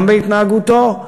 גם בהתנהגותו,